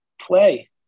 play